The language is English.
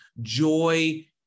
joy